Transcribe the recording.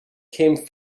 come